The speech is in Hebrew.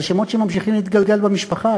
אלה שמות שממשיכים להתגלגל במשפחה,